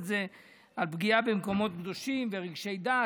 זה על פגיעה במקומות קדושים ורגשי דת,